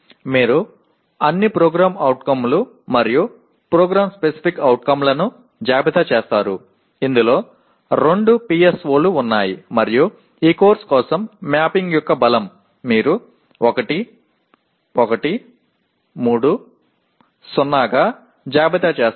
நீங்கள் அனைத்து POக்கள் மற்றும் PSOவை பட்டியலிடுகிறீர்கள் இதில் 2 PSOக்கள் உள்ளன இந்த பாடத்திட்டத்திற்கான கோப்பிட்ட வலிமை 1 1 3 0 மற்றும் பலவற்றை நீங்கள் பட்டியலிடுகிரீர்கள்